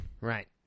Right